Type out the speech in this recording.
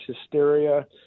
hysteria